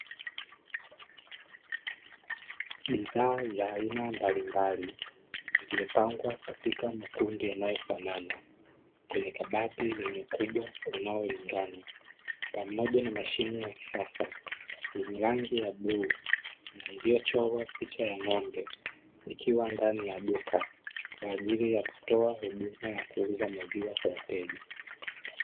Bidhaa za aina mbalimbali, zilizopangwa katika makundi yanayofanana, kwenye kabati lenye ukubwa unaolingana, pamoja na mashine ya kisasa yenye rangi ya bluu na iliyochorwa picha ya ng'ombe, ikiwa ndani ya duka, kwa ajili ya kutoa huduma ya kuuza maziwa kwa wateja.